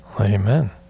Amen